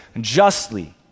justly